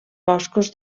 boscos